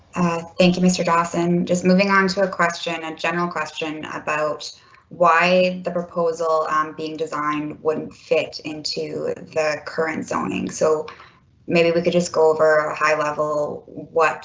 thank you mr. dawson, just moving on to ah question a and general question about why the proposal um being designed wouldn't fit into the current zoning. so maybe we could just go over high level? what